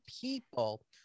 people